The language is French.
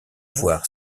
voir